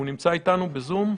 הוא נמצא איתנו בזום?